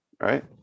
right